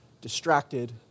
distracted